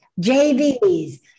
JVs